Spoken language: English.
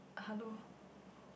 hello